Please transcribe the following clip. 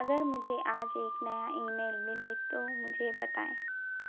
अगर मुझे आज एक नया ईमेल मिले तो मुझे बताएँ